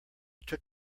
took